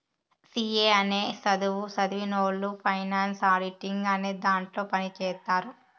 C A అనే సధువు సదివినవొళ్ళు ఫైనాన్స్ ఆడిటింగ్ అనే దాంట్లో పని చేత్తారు